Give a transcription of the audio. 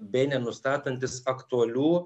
bei nenustatantis aktualių